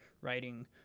writing